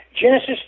Genesis